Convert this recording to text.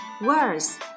Words